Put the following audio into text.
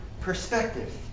perspective